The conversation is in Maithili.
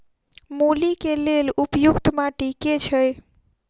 मूली केँ लेल उपयुक्त माटि केँ छैय?